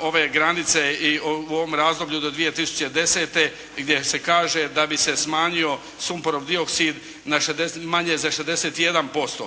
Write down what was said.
ove granice i u ovom razdoblju do 2010. gdje se kaže da bi se smanjio sumporov dioksid na, manje za 61%,